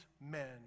men